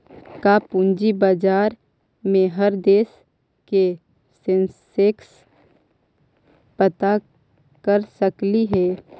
का पूंजी बाजार में हर देश के सेंसेक्स पता कर सकली हे?